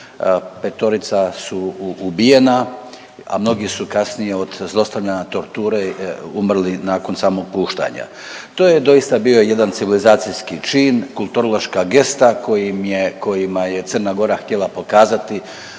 Petorica su ubijena, a mnogi su kasnije od zlostavljanja, torture umrli nakon samog puštanja. To je doista bio jedan civilizacijski čin, kulturološka gesta kojima je Crna Gora htjela pokazati